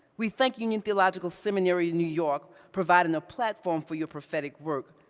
we thank union theological seminary in new york, providing a platform for your prophetic work,